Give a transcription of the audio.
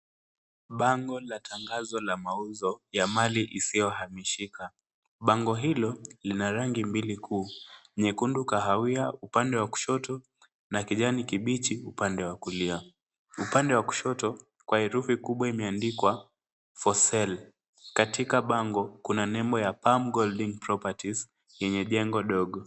Bango la tangazo la mauzo ya mali isiyo hamishika. Bango hilo lina rangi mbili kuu; nyekundu, kahawia upande wa kushoto na kijani kibichi upande wa kulia. Upande wa kushoto, kwa herufi kubwa imeandikwa FOR SALE . Katika bango, kuna nembo ya Pam Golding Properties yenye jengo ndogo.